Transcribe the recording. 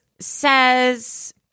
says